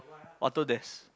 Autodesk